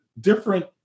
different